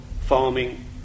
farming